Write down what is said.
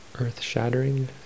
Earth-shattering